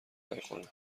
نکنه